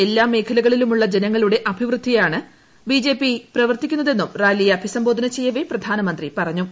എല്ലാ മേഖലകളിലുമുള്ള ജനങ്ങളുടെ അഭിവൃദ്ധിക്കായാണ് ബി ജെ പി പ്രവർത്തിക്കുന്നതെന്നും റാലിയെ അഭിസംബോധന ചെയ്യവേ പ്രധാനമന്ത്രി പറഞ്ഞു